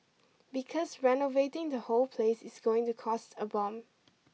because renovating the whole place is going to cost a bomb